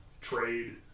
trade